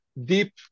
deep